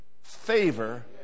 favor